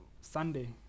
Sunday